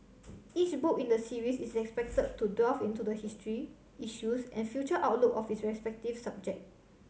each book in the series is expected to delve into the history issues and future outlook of its respective subject